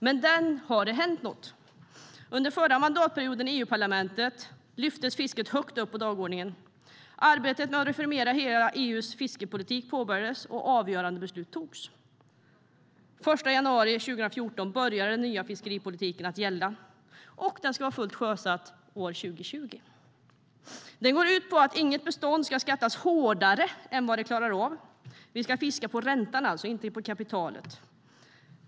Sedan dess har det hänt något. Under förra mandatperioden lyftes fisket högt upp på dagordningen i EU-parlamentet. Arbetet med att reformera EU:s hela fiskepolitik påbörjades, och avgörande beslut togs. Den 1 januari 2014 började den nya fiskeripolitiken att gälla, och den ska vara helt sjösatt år 2020. Den går ut på att inget bestånd ska skattas hårdare än vad beståndet klarar av. Vi ska alltså fiska på räntan, inte på kapitalet.